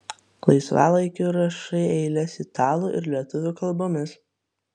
laisvalaikiu rašai eiles italų ir lietuvių kalbomis